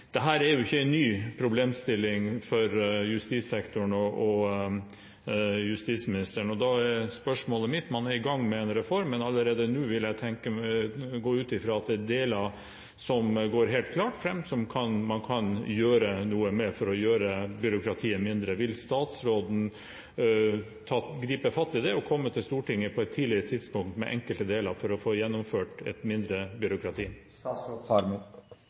gang med en reform, men jeg vil gå ut fra at det helt klart er deler som man allerede nå kan gjøre noe med for å gjøre byråkratiet mindre. Da er spørsmålet mitt: Vil statsråden gripe fatt i dette og komme til Stortinget på et tidlig tidspunkt med enkelte deler for å få gjennomført et mindre